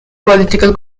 political